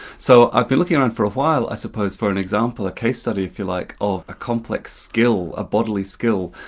so i've been looking around for a while, i suppose, for an example, a case study if you like, of a complex skill, a bodily skill,